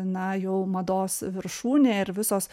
na jau mados viršūnėje ir visos